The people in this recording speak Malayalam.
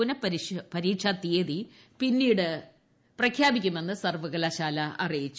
പുനഃപരീക്ഷ തീയതി പിന്നീട് ്രപഖ്യാപിക്കുമെന്ന് സർലകലാശാല അറിയിച്ചു